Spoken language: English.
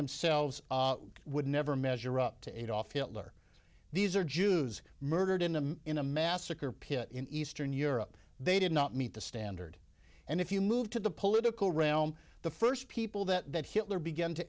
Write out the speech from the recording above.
themselves would never measure up to eight off hitler these are jews murdered in a in a massacre pit in eastern europe they did not meet the standard and if you move to the political realm the first people that hitler began to